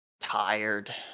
tired